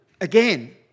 again